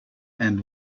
and